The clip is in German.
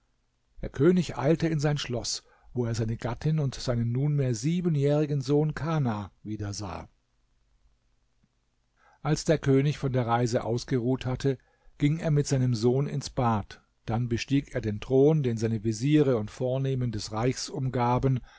der könig eilte in sein schloß wo er seine gattin und seinen nunmehr siebenjährigen sohn kana wiedersah als der könig von der reise ausgeruht hatte ging er mit seinem sohn ins bad dann bestieg er den thron den seine veziere und vornehmen des reichs umgaben